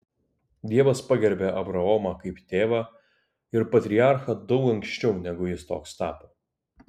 dievas pagerbė abraomą kaip tėvą ir patriarchą daug anksčiau negu jis toks tapo